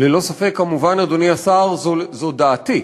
ללא ספק, כמובן, אדוני השר, זו דעתי.